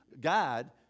guide